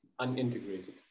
unintegrated